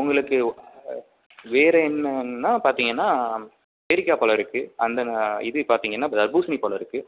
உங்களுக்கு வேறு என்னென்னா பார்த்தீங்கன்னா பேரிக்காய் பழம் இருக்குது அந்த இது பார்த்தீங்கன்னா தர்பூசணி பழம் இருக்குது